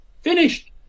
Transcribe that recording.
finished